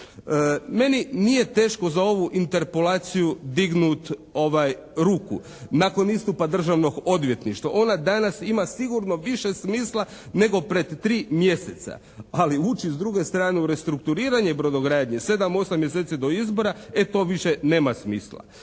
Meni nije teško za ovu interpelaciju dignuti ruku. Nakon istupa Državnog odvjetništva ona danas ima sigurno više smisla nego pred tri mjeseca, ali ući s druge strane u restrukturiranje brodogradnje sedam, osam mjeseci do izbora e to više nema smisla.